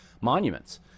monuments